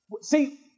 See